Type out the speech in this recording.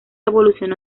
evolucionó